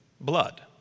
blood